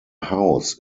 house